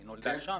היא נולדה שם,